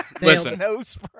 listen